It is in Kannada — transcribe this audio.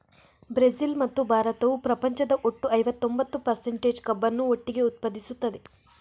ಬ್ರೆಜಿಲ್ ಮತ್ತು ಭಾರತವು ಪ್ರಪಂಚದ ಒಟ್ಟು ಐವತ್ತೊಂಬತ್ತು ಪರ್ಸಂಟೇಜ್ ಕಬ್ಬನ್ನು ಒಟ್ಟಿಗೆ ಉತ್ಪಾದಿಸುತ್ತದೆ